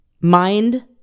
Mind